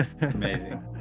Amazing